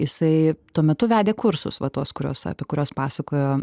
jisai tuo metu vedė kursus va tos kurios apie kuriuos pasakojo